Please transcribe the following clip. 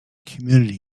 community